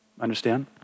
understand